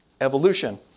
evolution